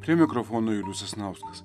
prie mikrofono julius sasnauskas